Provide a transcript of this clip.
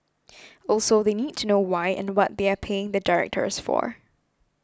also they need to know why and what they are paying the directors for